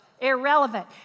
Irrelevant